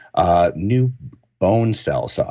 ah new bone cells. ah